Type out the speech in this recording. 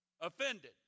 offended